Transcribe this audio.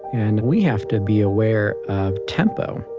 and we have to be aware of tempo.